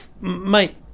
Mate